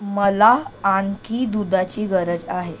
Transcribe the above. मला आणखी दुधाची गरज आहे